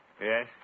Yes